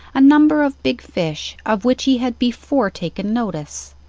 a number of big fish, of which he had before taken notice.